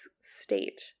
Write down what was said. state